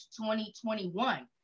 2021